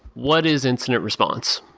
what is incident response?